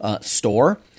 store